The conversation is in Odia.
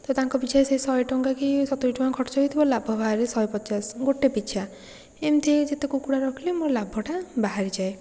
ତାଙ୍କ ପିଛା ଶହେ ଟଙ୍କା କି ସତୁରୀ ଟଙ୍କା ଖର୍ଚ୍ଚ ହେଇଥିବ ଲାଭ ବାହାରେ ଶହେ ପଚାଶ ଗୋଟେ ପିଛା ଏମିତି ଯେତେ କୁକୁଡ଼ା ରଖିଲେ ମୋର ଲାଭଟା ବାହାରିଯାଏ